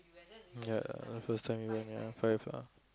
ya first time you went ya five ah